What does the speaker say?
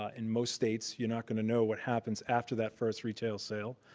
ah in most states, you're not going to know what happens after that first retail sale.